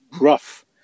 rough